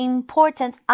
Important